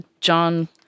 John